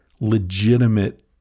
legitimate